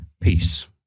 peace